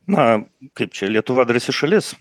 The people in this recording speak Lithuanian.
na kaip čia lietuva drąsi šalis